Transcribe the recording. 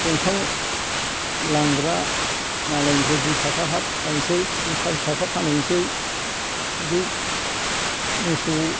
दंफां लांग्रा मालायनिफ्राय दुइ थाखा हाथ बायनोसै चारि थाखा फानैनोसै बिदि मोसौ